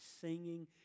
singing